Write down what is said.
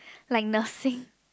like nursing